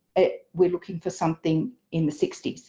we're looking for something in the sixty s.